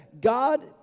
God